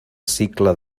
cicle